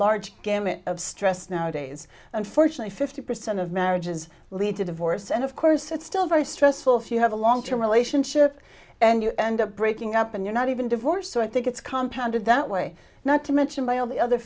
large gamut of stress nowadays unfortunately fifty percent of marriages lead to divorce and of course it's still very stressful for you have a long term relationship and you end up breaking up and you're not even divorced so i think it's compound that way not to mention by all the other